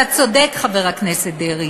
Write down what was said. אתה צודק, חבר הכנסת דרעי.